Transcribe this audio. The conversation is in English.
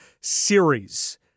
Series